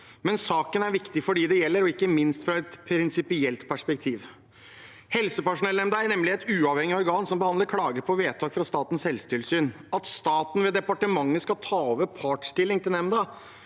men saken er viktig for dem den gjelder, ikke minst fra et prinsipielt perspektiv. Helsepersonellnemnda er nemlig et uavhengig organ som behandler klager på vedtak fra Statens helsetilsyn. At staten, ved departementet, skal ta over en partsstilling i nemnda,